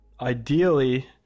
Ideally